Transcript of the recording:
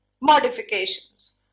modifications